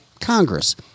Congress